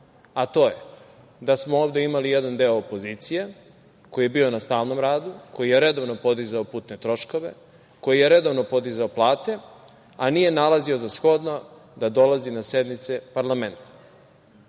a to je: da smo ovde imali jedan deo opozicije, koji je bio na stalnom radu, koji je redovno podizao putne troškove, koji je redovno podizao plate, a nije nalazio za shodno da dolazi na sednice parlamenta. Naravno